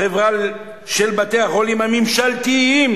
החברה של בתי-החולים הממשלתיים,